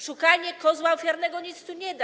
Szukanie kozła ofiarnego nic tu nie da.